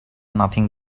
nothing